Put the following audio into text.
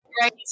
Great